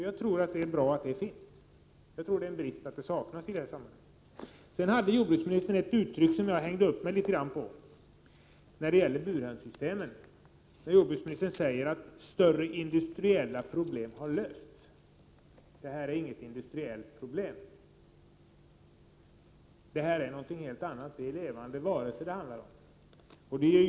Jag tror att det är bra att den möjligheten finns och att det är en brist att den saknas i det här sammanhanget. Sedan använder jordbruksministern ett uttryck som jag hängde upp mig litet på. När det gäller burhönssystemet sade jordbruksministern att ”större industriella problem har lösts”. Det här är inget industriellt problem utan någonting helt annat — här handlar det om levande varelser.